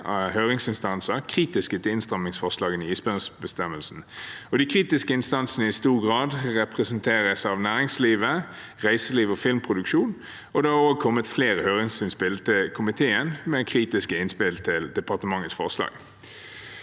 43 høringsinstanser kritiske til innstrammingsforslagene i isbjørnbestemmelsen, og de kritiske instansene representeres i stor grad av næringsliv, reiseliv og filmproduksjon. Det har også kommet flere høringsinnspill til komiteen med kritiske innspill til departementets forslag.